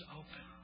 open